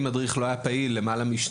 אם מדריך לא היה פעיל למעלה משנתיים,